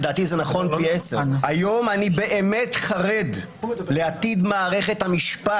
ולדעתי היום זה נכון פי 10: "היום אני באמת חרד לעתיד מערכת המשפט,